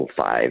five